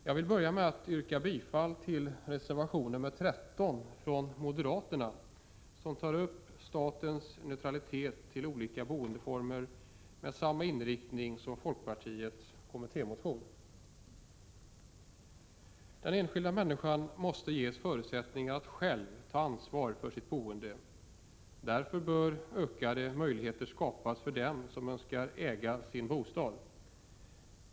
Jag vill börja med att yrka bifall till reservation 13 från moderaterna som tar upp statens neutralitet till olika boendeformer. Den har samma inriktning som folkpartiets kommittémotion. Den enskilda människan måste ges förutsättningar att själv ta ansvar för sitt boende. Därför bör ökade möjligheter skapas för dem som önskar äga sin bostad.